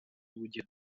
bujye